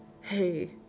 hey